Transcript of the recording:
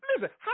Listen